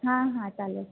हां हां चाल